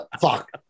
fuck